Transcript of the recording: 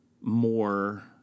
more